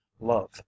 love